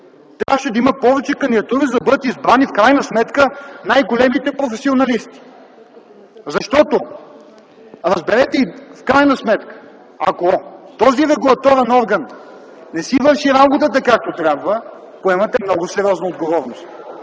Трябваше да има повече кандидатури, за да може в крайна сметка да бъдат избрани най-големите професионалисти. Разберете, в крайна сметка ако този регулаторен орган не си върши работата както трябва, поемате много сериозна отговорност.